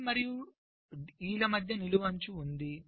D మరియు E మధ్య నిలువు అంచు ఉంది